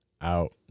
out